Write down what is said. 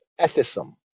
ethicism